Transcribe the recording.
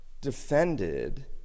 defended